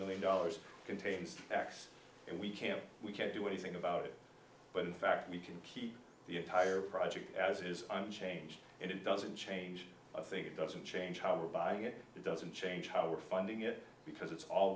million dollars contains tax and we can't we can't do anything about it but in fact we can keep the entire project as it is unchanged and it doesn't change i think it doesn't change our buying it doesn't change how we're funding it because it's al